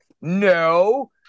No